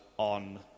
on